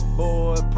boy